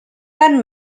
tant